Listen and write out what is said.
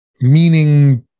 meaning